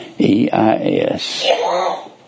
E-I-S